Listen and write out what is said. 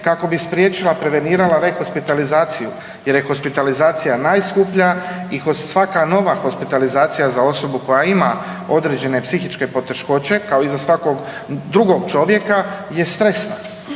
kao bi spriječila, prevenirala rehospitalizaciju jer je hospitalizacija najskuplja i ko svaka nova hospitalizacija za osobu koja ima određene psihičke poteškoće kao i za svakog drugog čovjeka je stresna.